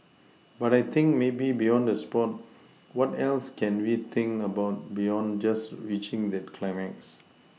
but I think maybe beyond the sport what else can we think about beyond just reaching that climax